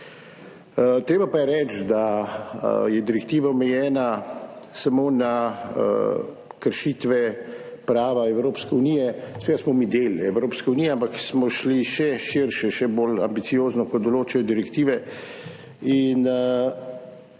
Treba pa je reči, da je direktiva omejena samo na kršitve prava Evropske unije. Seveda smo mi del Evropske unije, ampak smo šli še širše, še bolj ambiciozno, kot določajo direktive.